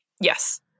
Yes